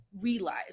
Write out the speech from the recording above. realize